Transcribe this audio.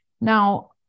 now